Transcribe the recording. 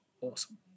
Awesome